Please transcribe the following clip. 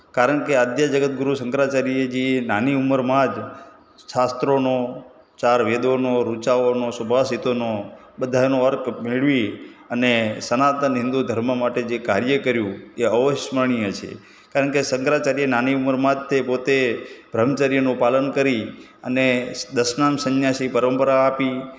કારણકે આદ્ય જગદગુરુ શંકરાચાર્યજીએ નાની ઉંમરમાં જ શાસ્ત્રોનો ચાર વેદોનો રુચાઓનો સુભાષિતોનો બધાનો અર્ક મેળવી અને સનાતન હિંદુ ધર્મ માટે જે કાર્ય કર્યું તે અવિસ્મરણીય છે કારણકે શંકરાચાર્ય નાની ઉંમરમાં જ તે પોતે બ્રહ્મચર્યનું પાલન કરી અને દશનામ સંન્યાસી પરંપરા આપી